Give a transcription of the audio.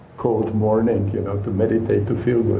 cold morning you know to meditate to feel good.